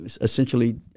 essentially